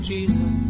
Jesus